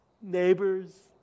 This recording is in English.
neighbors